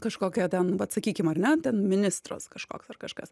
kažkokią ten vat sakykim ar ne ten ministras kažkoks ar kažkas